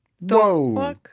Whoa